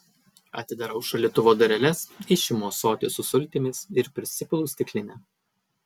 atidarau šaldytuvo dureles išimu ąsotį su sultimis ir prisipilu stiklinę